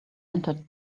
entered